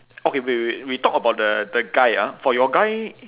okay wait wait wait we talk about the the guy ah for your guy